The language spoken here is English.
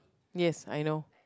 yes I know